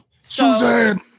Suzanne